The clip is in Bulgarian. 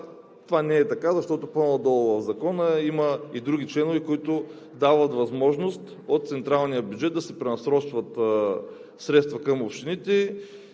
Това не е така, защото по-надолу в Закона има и други членове, които дават възможност от централния бюджет да се пренасочват средства към общините